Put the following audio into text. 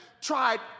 tried